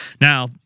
Now